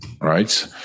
right